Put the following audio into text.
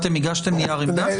הגשתם נייר עמדה?